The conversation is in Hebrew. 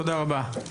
תודה רבה.